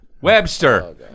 Webster